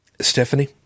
Stephanie